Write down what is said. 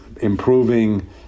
improving